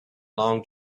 long